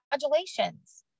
congratulations